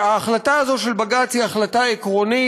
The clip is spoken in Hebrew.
ההחלטה הזאת של בג"ץ היא החלטה עקרונית,